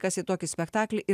kas į tokį spektaklį ir